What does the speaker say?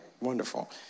Wonderful